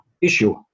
issue